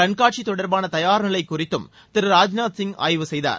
கண்காட்சி தொடர்பான தயார் நிலை குறித்தும் திரு ராஜ்நாத் சிங் ஆய்வு செய்தார்